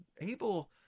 able